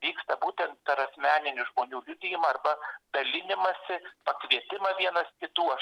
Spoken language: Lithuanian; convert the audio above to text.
vyksta būtent per asmeninį žmonių liudijimą arba dalinimąsi pakvietimą vienas kitų aš